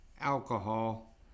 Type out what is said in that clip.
alcohol